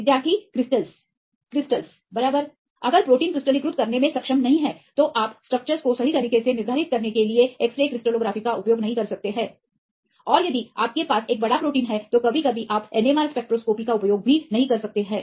विद्यार्थी crystals crystal बराबर अगर प्रोटीन क्रिस्टलीकृत करने में सक्षम नहीं है तो आपस्ट्रक्चर्स को सही तरीके से निर्धारित करने के लिए एक्सरे क्रिस्टलोग्राफी का उपयोग नहीं कर सकते हैं और यदि आपके पास एक बड़ा प्रोटीन है तो कभी कभी आप एनएमआर स्पेक्ट्रोस्कोपी का उपयोग नहीं कर सकते हैं